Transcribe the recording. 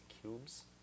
cubes